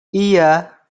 iya